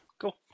Cool